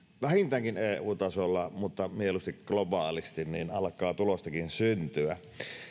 vähintäänkin eu tasolla mutta mieluusti globaalisti niin alkaa tulostakin syntyä